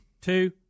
two